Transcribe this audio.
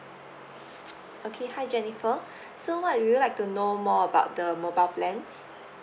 okay hi jennifer so what would you like to know more about the mobile plan